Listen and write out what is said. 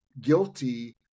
guilty